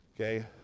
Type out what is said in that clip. okay